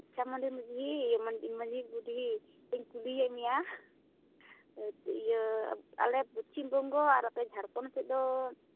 ᱟᱪᱪᱷᱟ ᱢᱟᱹᱡᱷᱤ ᱵᱩᱰᱷᱤ ᱢᱟᱹᱡᱷᱤ ᱵᱩᱰᱷᱤ ᱤᱧ ᱠᱩᱞᱤᱭᱮᱫ ᱢᱮᱭᱟ ᱤᱭᱟᱹ ᱟᱞᱮ ᱯᱚᱥᱪᱤᱢ ᱵᱚᱝᱜᱚ ᱟᱨ ᱟᱯᱮ ᱡᱷᱟᱲᱠᱷᱚᱸᱰ ᱥᱮᱫ ᱫᱚ